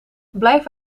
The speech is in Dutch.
blijf